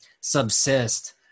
subsist